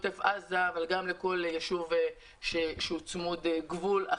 אז שיהיה תעדוף לעוטף עזה ולכל יישוב אחר שהוא צמוד גבול,